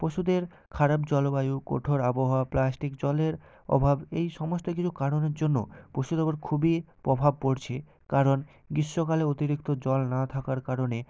পশুদের খারাপ জলবায়ু কঠোর আবহাওয়া প্লাস্টিক জলের অভাব এই সমস্ত কিছু কারণের জন্য পশুদের উপর খুবই প্রভাব পড়ছে কারণ গ্রীষ্মকালে অতিরিক্ত জল না থাকার কারণে